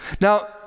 Now